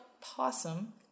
possum